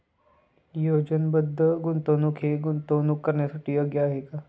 नियोजनबद्ध गुंतवणूक हे गुंतवणूक करण्यासाठी योग्य आहे का?